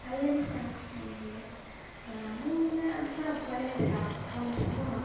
ভাল লাগিছে আৰু এনেকৈ আ মোৰ মানে পূৰা ভয় লাগিছে আৰু প্ৰথম উঠিছোঁ ন'